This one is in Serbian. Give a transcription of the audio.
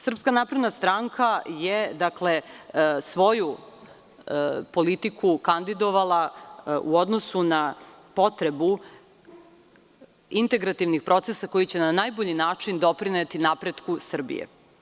Srpska napredna stranka je svoju politiku kandidovala u odnosu na potrebu integrativnih procesa koji će na najbolji način doprineti napretku Srbije.